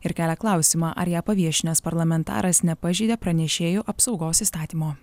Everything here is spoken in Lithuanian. ir kelia klausimą ar ją paviešinęs parlamentaras nepažeidė pranešėjų apsaugos įstatymo